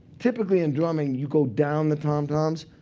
typically in drumming, you go down the tom-toms.